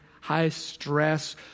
high-stress